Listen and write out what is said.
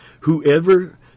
Whoever